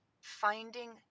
Finding